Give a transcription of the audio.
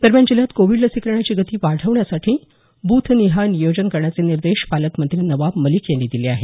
दरम्यान जिल्ह्यात कोविड लसीकरणाची गती वाढवण्यासाठी ब्रथनिहाय नियोजन करण्याचे निर्देश पालकमंत्री नवाब मलिक यांनी दिले आहेत